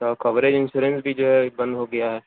تو coverage insurance بھی جو ہے بند ہو گیا ہے